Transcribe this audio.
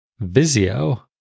Vizio